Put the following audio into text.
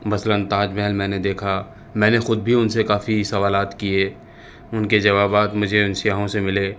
مثلاً تاج محل میں نے دیکھا میں نے خود بھی ان سے کافی سوالات کیے ان کے جوابات مجھے ان سیاحوں سے ملے